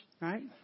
Right